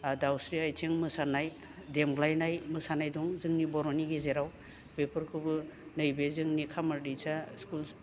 दावस्रि आथिं मोसानाय देमग्लायनाय मोसानाय दं जोंनि बर'नि गेजेराव बेफोरखौबो नैबे जोंनि खामार दैसा स्कुल